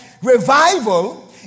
Revival